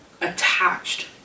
attached